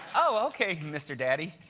ah okay, mr. daddy.